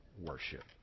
worship